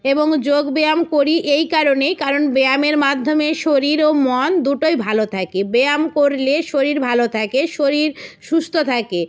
এবং যোগব্যায়াম করি এই কারণেই কারণ ব্যায়ামের মাধ্যমে শরীর ও মন দুটোই ভালো থাকে ব্যায়াম করলে শরীর ভালো থাকে শরীর সুস্থ থাকে